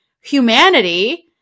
humanity